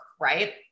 right